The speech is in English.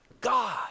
God